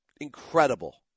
incredible